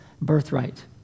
birthright